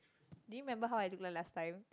do you remember how I look like last time